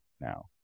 now